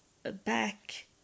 back